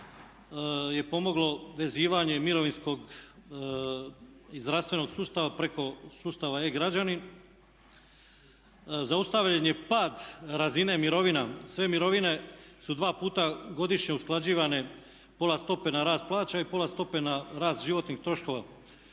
je pomoglo vezivanje mirovinskog i zdravstvenog sustava preko sustava e-građanin. Zaustavljen je pad razine mirovina. Sve mirovine su dva puta godišnje usklađivane, pola stope na rast plaća i pola stope na rast životnih troškova